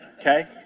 okay